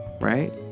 Right